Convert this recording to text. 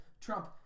Trump